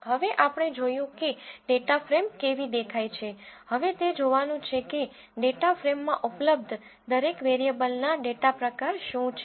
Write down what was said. હવે આપણે જોયું કે ડેટા ફ્રેમ કેવી દેખાય છે હવે તે જોવાનું છે કે ડેટા ફ્રેમમાં ઉપલબ્ધ દરેક વેરિયેબલના ડેટા પ્રકાર શું છે